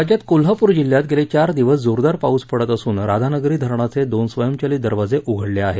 राज्यात कोल्हापूर जिल्ह्यात गेले चार दिवस जोरदार पाऊस पडत असून राधानगरी धरणाचे दोन स्वयंचलित दरवाजे उघडले आहेत